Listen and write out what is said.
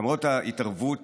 למרות ההתערבות